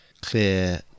clear